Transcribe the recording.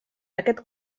aquest